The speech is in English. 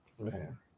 Man